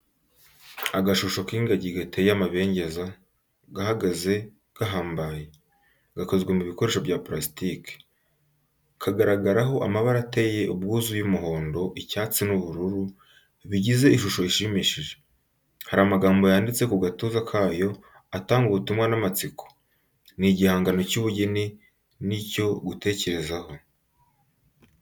Agashusho k’ingagi gateye amabengeza gahagaze gahambaye, gakozwe mu bikoresho bya pulasitike. Kagaragaraho amabara ateye ubwuzu y’umuhondo, icyatsi n’ubururu, bigize ishusho ishimishije. Hari amagambo yanditse ku gatuza kayo, atanga ubutumwa n’amatsiko. Ni igihangano cy’ubugeni n’icyo gutekerezaho.